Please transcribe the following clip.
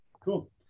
Cool